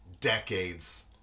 decades